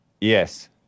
Yes